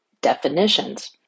definitions